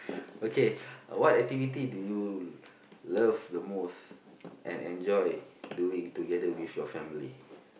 okay what activity do you love the most and enjoy doing together with your family